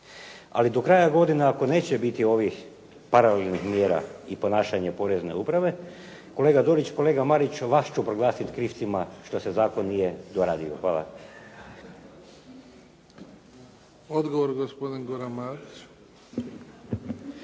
Ali do kraja godine ako neće biti ovih paralelnih mjera i ponašanja porezne uprave, kolega Dorić i kolega Marić vas ću proglasiti krivcima što se zakon nije doradio. Hvala. **Bebić, Luka (HDZ)** Odgovor gospodin Goran Marić.